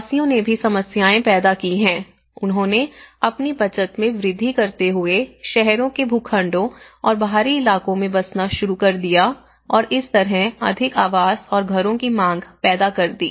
प्रवासियों ने भी समस्याएं पैदा की हैं उन्होंने अपनी बचत में वृद्धि करते हुए शहरों के भूखंडों और बाहरी इलाकों में बसना शुरू कर दिया और इस तरह अधिक आवास और घरों की मांग पैदा कर दी